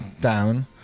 down